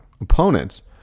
opponents